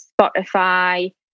spotify